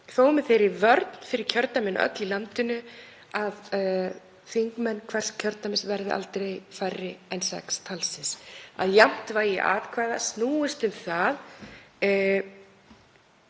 þó með þeirri vörn fyrir kjördæmin öll í landinu, að þingmenn hvers kjördæmis verði aldrei færri en sex talsins, að jafnt vægi atkvæða snúist um það